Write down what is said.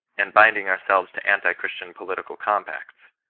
and bind ing ourselves to anti-christian political compacts.